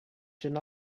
should